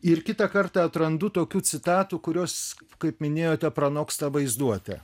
ir kitą kartą atrandu tokių citatų kurios kaip minėjote pranoksta vaizduotę